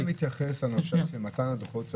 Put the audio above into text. אני רק רוצה להתייחס לנושא של מתן הדוחות.